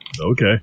Okay